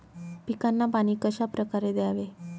पिकांना पाणी कशाप्रकारे द्यावे?